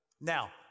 Now